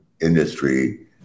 industry